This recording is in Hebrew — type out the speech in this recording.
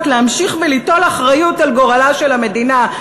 להמשיך וליטול אחריות לגורלה של המדינה?